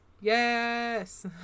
Yes